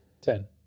Ten